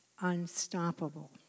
unstoppable